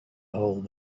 hold